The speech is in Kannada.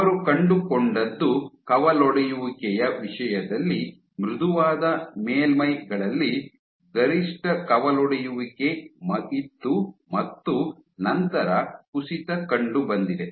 ಅವರು ಕಂಡುಕೊಂಡದ್ದು ಕವಲೊಡೆಯುವಿಕೆಯ ವಿಷಯದಲ್ಲಿ ಮೃದುವಾದ ಮೇಲ್ಮೈಗಳಲ್ಲಿ ಗರಿಷ್ಠ ಕವಲೊಡೆಯುವಿಕೆ ಇತ್ತು ಮತ್ತು ನಂತರ ಕುಸಿತ ಕಂಡುಬಂದಿದೆ